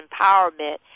Empowerment